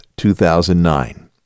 2009